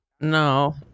No